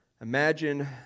Imagine